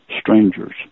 strangers